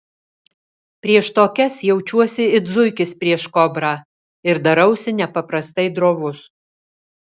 prieš tokias jaučiuosi it zuikis prieš kobrą ir darausi nepaprastai drovus